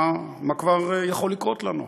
מה כבר יכול לקרות לנו?